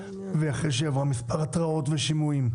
ואחרי שהיא עברה מספר התראות ושימועים,